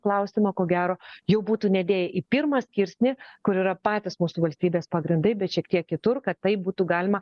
klausimą ko gero jau būtų nedėję į pirmą skirsnį kur yra patys mūsų valstybės pagrindai bet šiek tiek kitur kad tai būtų galima